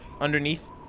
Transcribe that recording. underneath